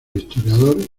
historiador